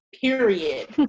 Period